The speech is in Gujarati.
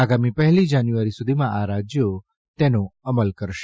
આગામી પહેલી જાન્યુઆરી સુધીમાં આ રાજયો તેમો અમલ કરશે